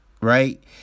right